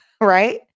right